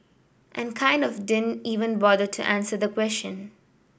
and kind of didn't even bother to answer the question